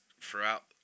throughout